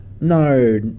No